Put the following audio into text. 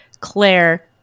Claire